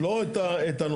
לא את הנושא.